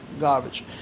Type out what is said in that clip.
garbage